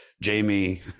Jamie